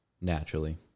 naturally